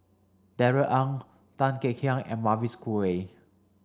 Darrell Ang Tan Kek Hiang and Mavis Khoo Oei